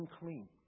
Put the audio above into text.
unclean